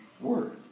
word